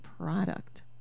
product